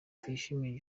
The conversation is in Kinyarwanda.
tuyishime